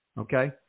Okay